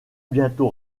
bientôt